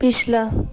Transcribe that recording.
पिछला